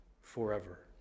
forever